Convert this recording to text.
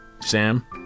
Sam